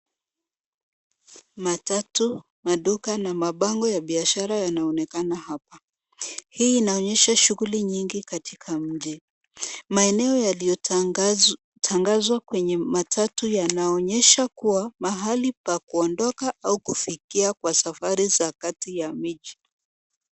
Matatu, maduka na mabango ya biashara yanaonekana hapa. Hii inaonyesha shughuli nyingi katika mji. Maeneo yaliyotangazwa kwenye matatu yanaonyesha kuwa mahali pa kuondoka au kufikia kwa safari za kati ya miji.